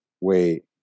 wait